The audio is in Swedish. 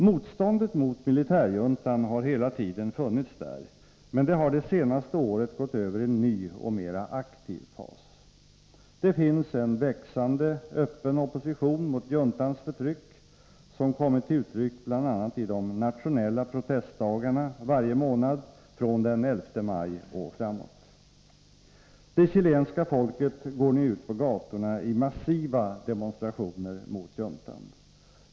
Motståndet mot militärjuntan har hela tiden funnits där, men det har det senaste året gått över i en ny och mera aktiv fas. Det finns en växande öppen opposition mot juntans förtryck som kommit till uttryck bl.a. i de nationella protestdagarna varje månad från den 11 maj och framåt. Det chilenska folket går nu ut på gatorna i massiva demonstrationer mot juntan.